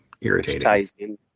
irritating